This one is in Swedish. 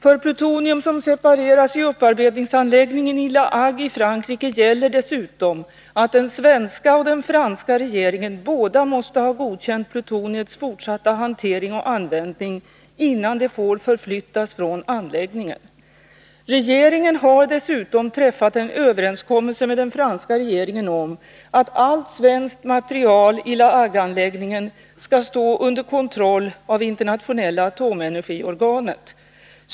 För plutonium som separeras i upparbetningsanläggningen i La Hague i Frankrike gäller dessutom att den svenska och den franska regeringen båda måste ha godkänt plutoniets fortsatta hantering och användning, innan det får förflyttas från anläggningen. Regeringen har dessutom träffat en överenskommelse med den franska regeringen om att allt svenskt material i La Hague-anläggningen skall stå under kontroll av Internationella atomenergiorganet.